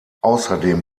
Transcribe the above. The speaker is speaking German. außerdem